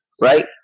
right